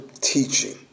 teaching